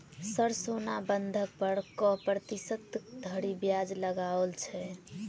Sir सोना बंधक पर कऽ प्रतिशत धरि ब्याज लगाओल छैय?